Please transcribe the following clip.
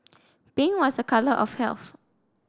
pink was a colour of health